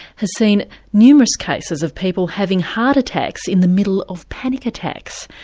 has seen numerous cases of people having heart attacks in the middle of panic attacks,